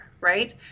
right